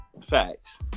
facts